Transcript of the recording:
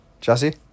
jesse